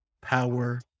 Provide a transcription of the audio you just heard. power